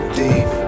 deep